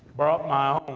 brought my